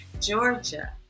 Georgia